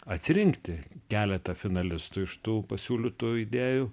atsirinkti keletą finalistų iš tų pasiūlytų idėjų